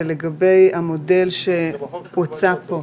לגבי המודל שהוצע פה,